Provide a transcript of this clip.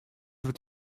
what